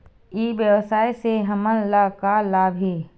ई व्यवसाय से हमन ला का लाभ हे?